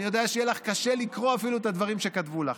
אני יודע שיהיה לך קשה אפילו לקרוא את הדברים שכתבו לך,